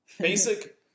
basic